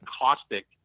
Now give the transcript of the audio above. caustic